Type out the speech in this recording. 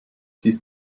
dies